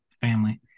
family